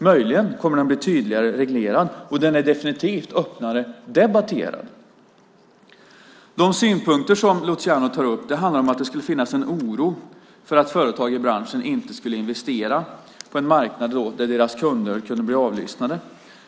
Möjligen kommer den att bli tydligare reglerad, och den är definitivt öppnare debatterad. De synpunkter som Luciano tar upp handlar om att det skulle finnas en oro för att företag i branschen inte skulle investera på en marknad då deras kunder kunde bli avlyssnade.